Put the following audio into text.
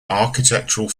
architectural